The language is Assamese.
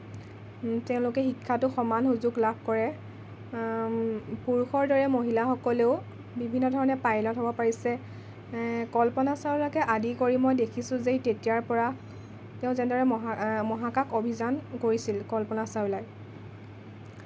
তেওঁলোকে শিক্ষাতো সমান সুযোগ লাভ কৰে পুৰুষৰ দৰে মহিলাসকলেও বিভিন্ন ধৰণে পাইলট হ'ব পাৰিছে কল্পনা চাউলাকে আদি কৰি মই দেখিছোঁ যে সেই তেতিয়াৰ পৰা তেওঁ যেনে দৰে মহা মহাকাশ অভিযান গৈছিল কল্পনা চাউলাই